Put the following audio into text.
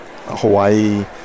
Hawaii